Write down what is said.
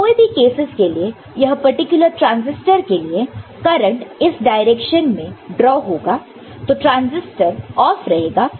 इन कोई भी केसस के लिए यह पर्टिकुलर ट्रांजिस्टर के लिए करंट इस डायरेक्शन में ड्रॉ होगा तो ट्रांसिस्टर ऑफ रहेगा